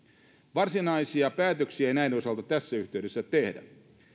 varsinaisia päätöksiä ei näiden osalta tässä yhteydessä tehdä